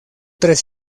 tres